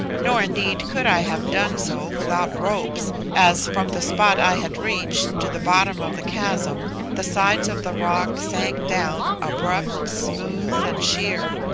nor indeed could i have done so without ropes, as from the spot i had reached to the bottom of the chasm the sides of the rock sank down abrupt, smooth, and sheer.